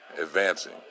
Advancing